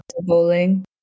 Bowling